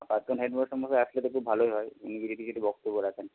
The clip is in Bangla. প্রাক্তন হেডমাস্টারমশাই আসলে তো খুব ভালোই হয় উনি যদি কিছু একটু বক্তব্য রাখেন